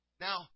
Now